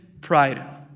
Pride